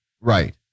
Right